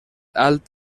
alt